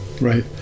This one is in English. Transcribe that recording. Right